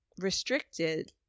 restricted